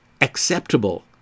acceptable